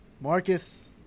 Marcus